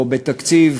או בתקציב